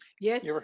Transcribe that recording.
Yes